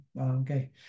okay